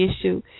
issue